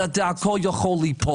הכול יכול ליפול.